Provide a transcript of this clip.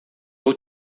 vou